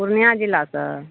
पूर्णिआँ जिलासँ